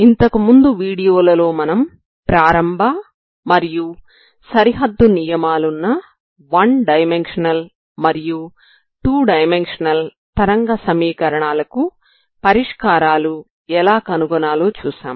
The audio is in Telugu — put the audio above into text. ఇంతకుముందు వీడియోలలో మనం ప్రారంభ మరియు సరిహద్దు నియమాలున్న వన్ డైమెన్షనల్ మరియు టూ డైమెన్షనల్ తరంగ సమీకరణాలకు పరిష్కారాలు ఎలా కనుగొనాలో చూశాము